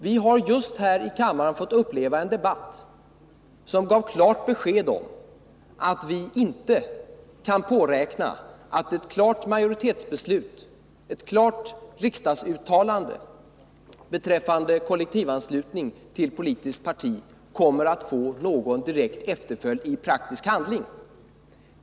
Vi har just här i kammaren fått uppleva en debatt som gav klart besked om att vi inte kan påräkna att ett klart riksdagsuttalande beträffande kollektivanslutning till politiskt parti kommer att få någon direkt efterföljd i praktisk handling.